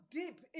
deep